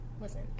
listen